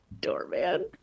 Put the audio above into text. Doorman